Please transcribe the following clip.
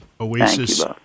Oasis